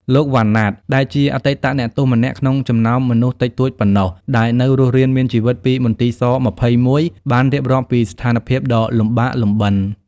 លោក វ៉ាន់ ណាត ដែលជាអតីតអ្នកទោសម្នាក់ក្នុងចំណោមមនុស្សតិចតួចប៉ុណ្ណោះដែលនៅរស់រានមានជីវិតពីមន្ទីរស-២១ បានរៀបរាប់ពីស្ថានភាពដ៏លំបាកលំបិន។